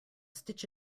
stitch